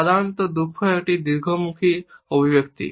সাধারণত দুঃখ একটি দীর্ঘ মুখের অভিব্যক্তি